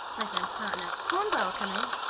my friend's partner. hornblower coming?